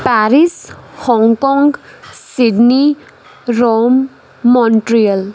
Paris Hong Kong Sydney Rome Montreal